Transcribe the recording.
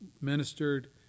ministered